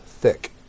thick